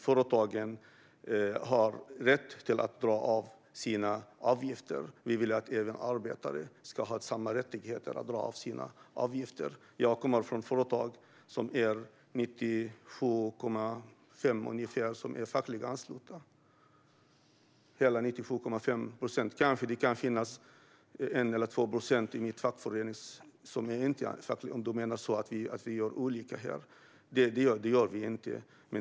Företagen har rätt att dra av sina avgifter. Vi vill att arbetare ska ha samma rätt att dra av sina avgifter. Jag kommer från ett företag där hela 97,5 procent är fackligt anslutna. Kanske det kan finnas 1 eller 2 procent som inte är anslutna. Du menar att vi gör olika här, men det gör vi inte.